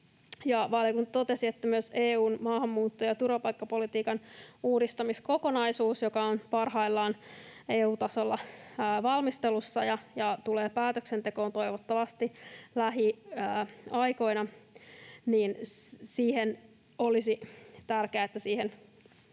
sisältyisi myös EU:n maahanmuutto- ja turvapaikkapolitiikan uudistamiskokonaisuuteen, joka on parhaillaan EU:n tasolla valmistelussa ja tulee päätöksentekoon toivottavasti lähiaikoina. Arvoisa rouva puhemies!